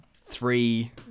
three